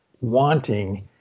wanting